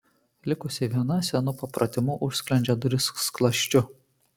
likusi viena senu papratimu užsklendžia duris skląsčiu